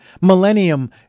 millennium